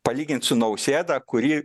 palygint su nausėdą kurį